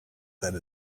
then